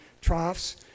troughs